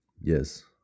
yes